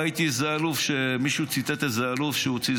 ראיתי שמישהו ציטט איזה אלוף שהוציא